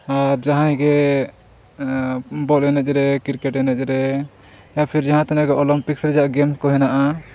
ᱟᱨ ᱡᱟᱦᱟᱸᱭ ᱜᱮ ᱵᱚᱞ ᱮᱱᱮᱡ ᱨᱮ ᱠᱨᱤᱠᱮᱴ ᱮᱱᱮᱡ ᱨᱮ ᱤᱭᱟᱯᱷᱤᱨ ᱡᱟᱦᱟᱸ ᱛᱤᱱᱟᱹᱜ ᱜᱮ ᱚᱞᱤᱢᱯᱤᱠᱥ ᱨᱮᱭᱟᱜ ᱜᱮᱢ ᱠᱚ ᱦᱮᱱᱟᱜᱼᱟ